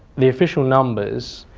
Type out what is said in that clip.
the official numbers